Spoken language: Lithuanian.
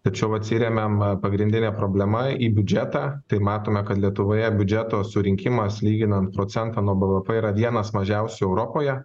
tačiau atsiremiam pagrindinė problema į biudžetą tai matome kad lietuvoje biudžeto surinkimas lyginant procentą nuo bvp yra vienas mažiausių europoje